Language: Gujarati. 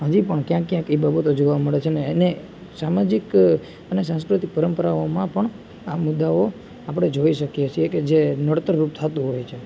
હજી પણ ક્યાંક ક્યાંક એ બાબતો જોવા મળે છે અને એને સામાજિક અને સાંસ્કૃતિક પરંપરાઓમાં પણ આ મુદ્દાઓ આપણે જોઈ શકીએ છે કે જે નડતરરૂપ થતું હોય છે